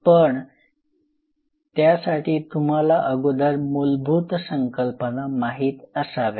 पण त्यासाठी तुम्हाला अगोदर मूलभूत संकल्पना माहीत असाव्या